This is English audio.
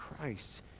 Christ